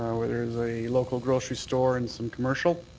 where there is a local grocery store and some commercial.